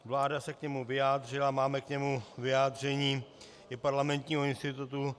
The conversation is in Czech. Vláda se k němu vyjádřila, máme k němu i vyjádření Parlamentního institutu.